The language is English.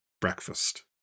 breakfast